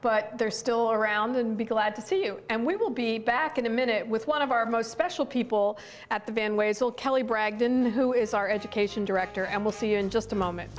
but they're still around and be glad to see you and we will be back in a minute with one of our most special people at the van ways all kelly bragdon who is our education director and we'll see you in just a moment